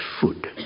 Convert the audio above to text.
food